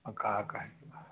अब का कहें